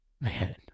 Man